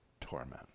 torment